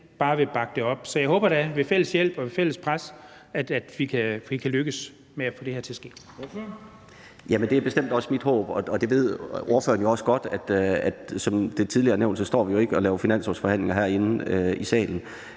bare vil bakke det op. Så jeg håber da, at det ved fælles hjælp og ved et fælles pres kan lykkes at få det her til at ske.